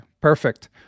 perfect